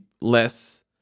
less